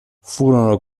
furono